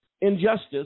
injustice